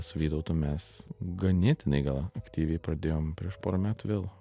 su vytautu mes ganėtinai gal aktyviai pradėjom prieš pora metų vėl